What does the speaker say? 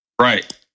right